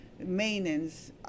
maintenance